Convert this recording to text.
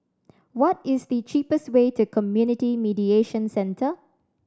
what is the cheapest way to Community Mediation Centre